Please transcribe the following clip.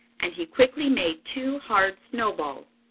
and he quickly made two hard snowballs.